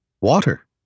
water